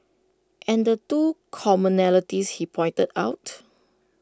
and the two commonalities he pointed out